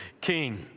king